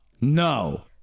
No